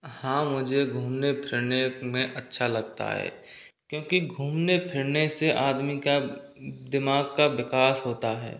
हाँ मुझे घूमने फिरने में अच्छा लगता है क्योंकि घूमने फिरने से आदमी का दिमाग का विकास होता है